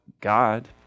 God